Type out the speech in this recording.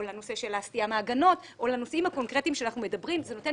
או הסטייה מההגנות או לנושאים הקונקרטיים שאנחנו מדברים